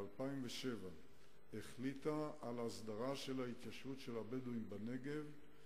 החליטה ב-2007 על הסדרה של ההתיישבות של הבדואים בנגב.